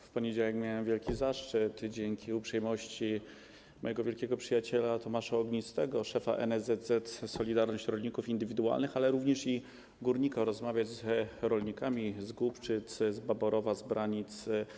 W poniedziałek miałem wielki zaszczyt - dzięki uprzejmości mojego wielkiego przyjaciela Tomasza Ognistego, szefa NSZZ „Solidarność” Rolników Indywidualnych, ale również górnika - rozmawiać z rolnikami z Głubczyc, z Baborowa, z Branic.